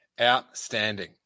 Outstanding